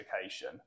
education